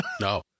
No